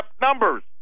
numbers